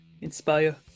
inspire